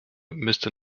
müsste